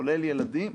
כולל ילדים,